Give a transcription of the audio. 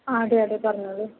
ആ അതെ അതെ പറഞ്ഞോളൂ